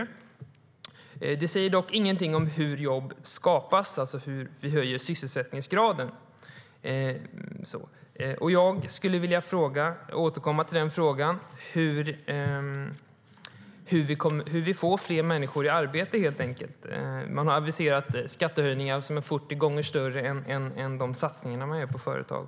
Man säger dock ingenting om hur dessa jobb ska skapas, det vill säga hur sysselsättningsgraden ska höjas. Jag vill återkomma till frågan hur vi ska få fler människor i arbete. Man har aviserat skattehöjningar som är 40 gånger större än de satsningar som görs på företag.